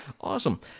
Awesome